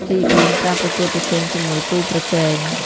ទីបួន ការប្រកួតប្រជែងជាមួយគូប្រជែង។